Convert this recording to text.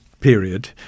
period